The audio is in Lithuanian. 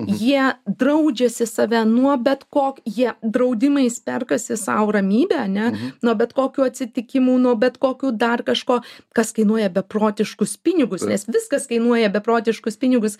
jie draudžiasi save nuo bet ko jie draudimais perkasi sau ramybę ane nuo bet kokių atsitikimų nuo bet kokių dar kažko kas kainuoja beprotiškus pinigus nes viskas kainuoja beprotiškus pinigus